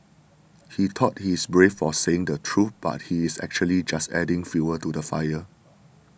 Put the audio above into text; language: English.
he thought he is brave for saying the truth but he is actually just adding fuel to the fire